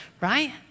right